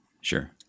Sure